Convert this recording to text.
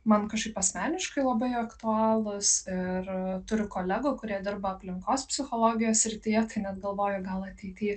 man kažkaip asmeniškai labai aktualūs ir turiu kolegų kurie dirba aplinkos psichologijos srityje tai net galvoju gal ateity